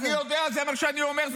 אני יודע, זה מה שאני אומר.